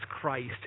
Christ